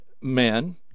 men